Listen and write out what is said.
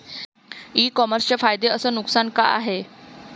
इ कामर्सचे फायदे अस नुकसान का हाये